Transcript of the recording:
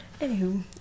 anywho